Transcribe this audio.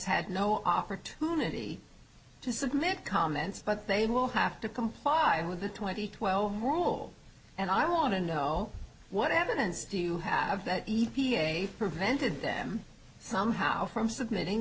had no opportunity to submit comments but they will have to comply with the twenty twelve rule and i want to know what evidence do you have that e p a prevented them somehow from submitting